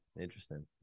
Interesting